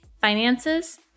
finances